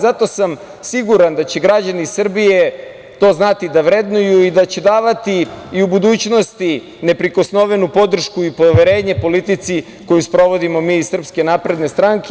Zato sam siguran da će građani Srbije to znati da vrednuju i da će davati i u budućnosti neprikosnovenu podršku i poverenje politici koju sprovodimo mi iz SNS.